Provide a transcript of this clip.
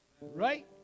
right